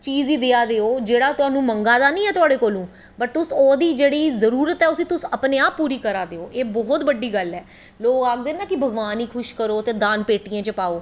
चीज़ गी देआ दे ओ जेह्ड़ा मंगा दा नी ऐ तोआड़े कोला दा बट्ट जेह्ड़ी ओह्दी जरूरत ऐ उसी तुस अपनें आप पूरी करा दे ओ एह् बौह्त बड्डी गल्ल ऐ लोग आखदे ना कि भगवान खुश करो ते दान पेटियें च पाओ